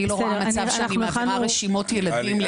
אני לא רואה מצב שאני מעבירה רשימות ילדים לאיזשהו ארגון.